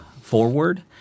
forward